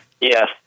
Yes